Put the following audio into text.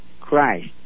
Christ